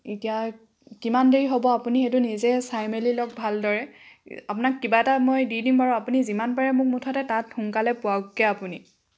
এতিয়া কিমান দেৰি হ'ব আপুনি সেইটো নিজেই চাই মেলি লওক ভালদৰে আপোনাক কিবা এটা মই দি দিম আৰু আপুনি যিমান পাৰে মোক মুঠতে তাত সোনকালে পোৱাওকগৈ আপুনি